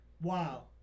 wow